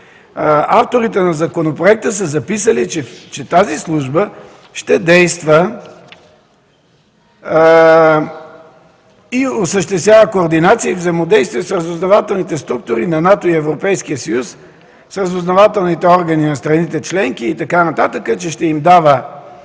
авторите на законопроекта са записали, че тази служба ще действа и осъществява координация и взаимодействие с разузнавателните структури на НАТО и Европейския съюз, с разузнавателните органи на страните членки и така нататък, ще им дава